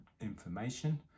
information